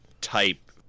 type